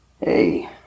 Hey